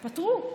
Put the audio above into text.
פתרו.